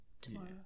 tomorrow